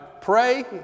pray